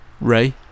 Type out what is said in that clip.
Ray